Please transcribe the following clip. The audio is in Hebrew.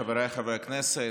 חבריי חברי הכנסת,